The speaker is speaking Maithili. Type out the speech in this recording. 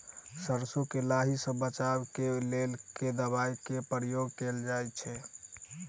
सैरसो केँ लाही सऽ बचाब केँ लेल केँ दवाई केँ प्रयोग कैल जाएँ छैय?